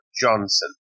Johnson